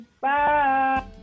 Bye